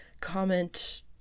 comment